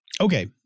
Okay